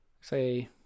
Say